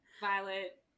Violet